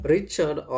Richard